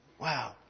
Wow